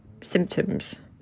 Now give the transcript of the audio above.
symptoms